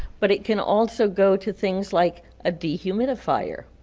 but it can also go to things like a dehumidifier,